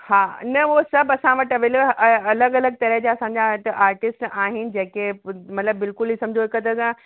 हा न उहो सभु असां वटि अवेलेबल अ अलॻि अलॻि तरह जा असांजा हिते आर्टिस्ट आहिनि जेके मतलबु बिल्कुलु ई समुझो हिकु तरह सां